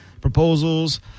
proposals